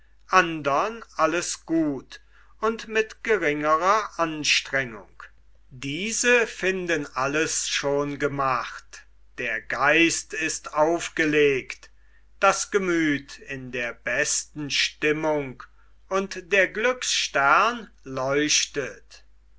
andern alles gut und mit geringerer anstrengung diese finden alles schon gemacht der geist ist aufgelegt das gemüth in der besten stimmung und der glücksstern leuchtet